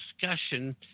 discussion